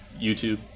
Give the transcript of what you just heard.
YouTube